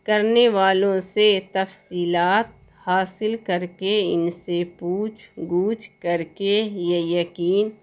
کرنے والوں سے تفصیلات حاصل کر کے ان سے پوچھ گجھ کر کے یقین